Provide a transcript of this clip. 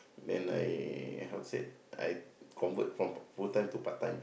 then I how to say I convert from p~ full time to part time